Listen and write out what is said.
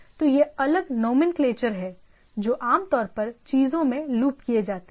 तो ये अलग नॉमनक्लेचर हैं जो आमतौर पर चीजों में लूप किए जाते हैं